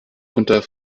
unter